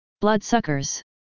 Bloodsuckers